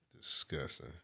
Disgusting